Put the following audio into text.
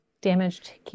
damaged